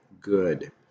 good